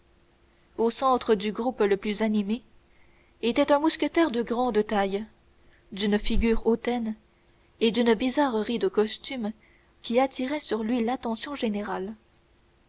au centre du groupe le plus animé était un mousquetaire de grande taille d'une figure hautaine et d'une bizarrerie de costume qui attirait sur lui l'attention générale